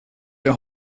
wir